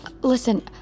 Listen